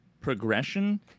progression